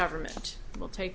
government will take